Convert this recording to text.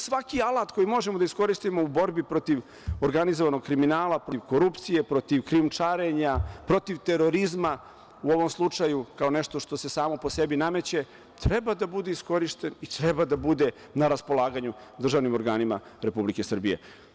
Svaki alat koji možemo da iskoristimo u borbi protiv organizovanog kriminala, protiv korupcije, protiv krijumčarenja, protiv terorizma, u ovom slučaju, kao nešto što se samo po sebi nameće, treba da bude iskorišćen i treba da bude na raspolaganju državnim organima Republike Srbije.